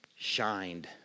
shined